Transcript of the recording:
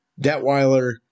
Detweiler